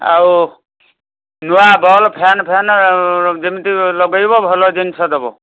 ଆଉ ନୂଆଁ ବଲ୍ ଫ୍ୟାନ୍ ଫ୍ୟାନ୍ ଯେମିତି ଲଗେଇବ ଭଲ ଜିନିଷ ଦେବ